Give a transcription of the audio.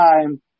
time